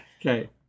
okay